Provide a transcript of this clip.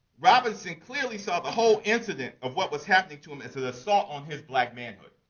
robinson clearly saw the whole incident of what was happening to him as an assault on his black manhood.